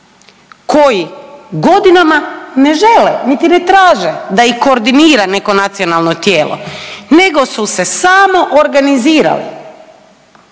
koji godinama ne žele niti ne traže da ih koordinira neko nacionalno tijelo nego su se samo organizirali